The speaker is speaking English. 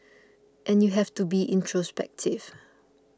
and you have to be introspective